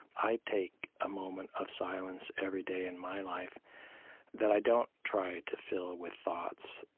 i take a moment of silence every day in my life that i don't try to fill with thoughts,